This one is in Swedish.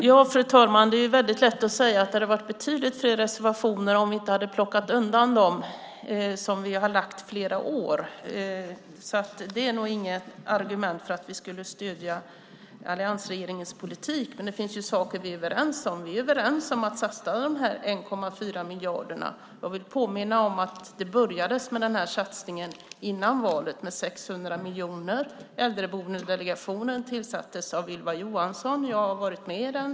Fru talman! Det hade varit betydligt fler reservationer om vi inte hade plockat undan dem som vi lagt fram under flera år. Att det inte finns fler reservationer är nog inget uttryck för att vi skulle stödja alliansregeringens politik. Det finns dock saker som vi är överens om. Vi är överens om att satsa de 1,4 miljarderna. Jag vill påminna om att den satsningen började göras före valet då det tillfördes 600 miljoner. Äldreboendedelegationen tillsattes av Ylva Johansson. Jag var själv med i den.